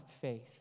faith